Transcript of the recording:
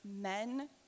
men